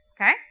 Okay